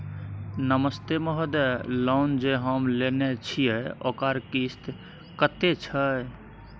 नमस्ते महोदय, लोन जे हम लेने छिये ओकर किस्त कत्ते छै?